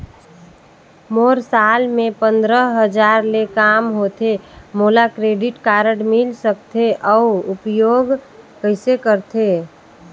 मोर साल मे पंद्रह हजार ले काम होथे मोला क्रेडिट कारड मिल सकथे? अउ उपयोग कइसे करथे?